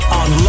on